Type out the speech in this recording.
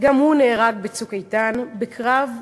גם הוא נהרג ב"צוק איתן" בקרב שג'אעיה,